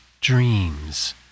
Dreams